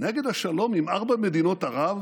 נגד השלום עם ארבע מדינות ערב